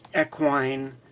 equine